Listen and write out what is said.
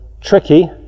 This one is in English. tricky